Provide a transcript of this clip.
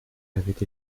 avaient